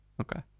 Okay